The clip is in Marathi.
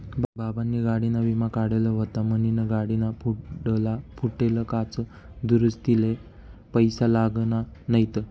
बाबानी गाडीना विमा काढेल व्हता म्हनीन गाडीना पुढला फुटेल काच दुरुस्तीले पैसा लागना नैत